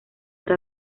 era